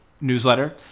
newsletter